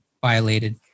violated